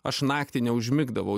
aš naktį neužmigdavau